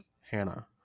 hannah